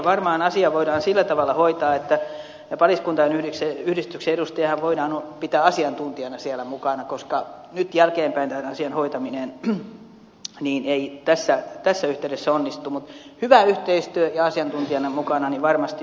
varmaan asia voidaan sillä tavalla hoitaa että paliskuntain yhdistyksen edustaja voidaan pitää asiantuntijana siellä mukana koska nyt jälkeenpäin tämän asian hoitaminen ei tässä yhteydessä onnistu mutta hyvä yhteistyö ja asiantuntijana mukana niin varmasti yhteys toimii sitä kautta